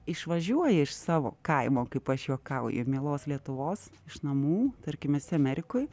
išvažiuoji iš savo kaimo kaip aš juokauju mielos lietuvos iš namų tarkim esi amerikoje